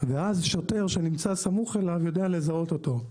ואז שוטר שנמצא סמוך אליו יודע לזהות אותו.